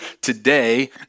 today